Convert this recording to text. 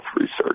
research